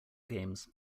games